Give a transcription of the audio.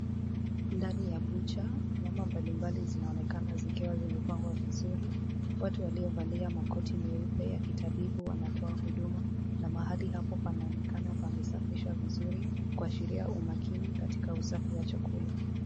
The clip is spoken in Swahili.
Ndani ya bucha nyama mbalimbali zinaonekana zikiwa zimepangwa vizuri, watu waliovalia makoti meupe ya kitabibu wanatoa huduma na mahali hapo panaonekana pamesafishwa vizuri kuashiria umakini katika usafi wa chakula.